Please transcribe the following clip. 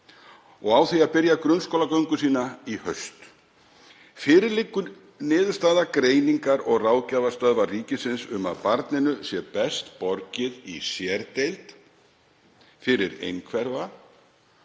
og á því að byrja grunnskólagöngu sína í haust. Fyrir liggur niðurstaða Greiningar- og ráðgjafarstöðvar ríkisins um að barninu sé best borgið í sérdeild fyrir einhverfa